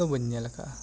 ᱫᱚ ᱵᱟᱹᱧ ᱧᱮᱞ ᱟᱠᱟᱜᱼᱟ